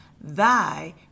Thy